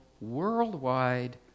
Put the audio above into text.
worldwide